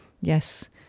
yes